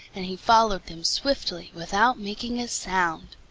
and he followed them swiftly, without making a sound.